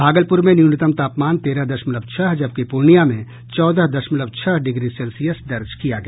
भागलपुर में न्यूनतम तापमान तेरह दशमलव छह जबकि पूर्णिया में चौदह दशमलव छह डिग्री सेल्सियस दर्ज किया गया